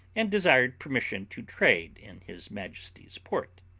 and desired permission to trade in his majesty's port.